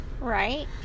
Right